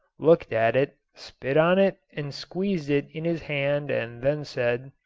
looked at it, spit on it and squeezed it in his hand and then said,